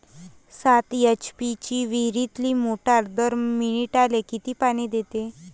सात एच.पी ची विहिरीतली मोटार दर मिनटाले किती पानी देते?